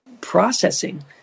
processing